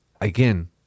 again